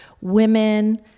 women